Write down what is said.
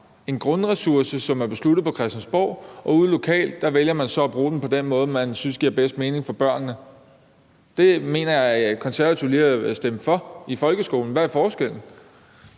en grundressource, som er besluttet på Christiansborg, og ude lokalt vælger man så at bruge den på den måde, som man synes giver bedst mening for børnene. Det mener jeg at Konservative lige har stemt for i forhold til folkeskolen. Hvad er forskellen?